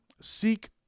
seek